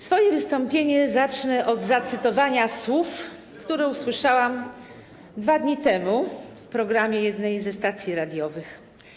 Swoje wystąpienie zacznę od zacytowania słów, które usłyszałam dwa dni temu w programie jednej ze stacji radiowych.